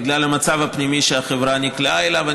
בגלל המצב הפנימי שהחברה נקלעה אליו.